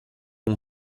mon